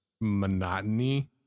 monotony